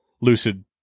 lucid